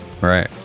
Right